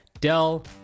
Dell